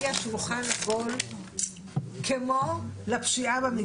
שהקורבנות שלה הם חקלאים תמי לב שגם